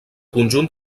conjunt